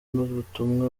n’ubutumwa